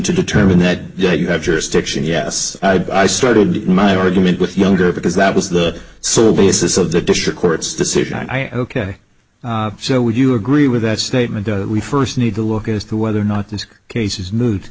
to determine that you have jurisdiction yes i started my argument with younger because that was the sole basis of the district court's decision i ok so would you agree with that statement we first need to look at as to whether or not this case